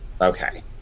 Okay